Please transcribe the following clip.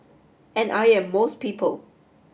and I am most people